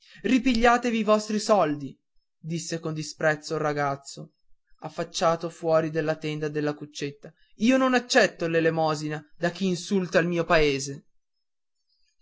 faccia ripigliatevi i vostri soldi disse con disprezzo il ragazzo affacciato fuor della tenda della cuccetta io non accetto l'elemosina da chi insulta il mio paese